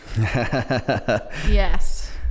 yes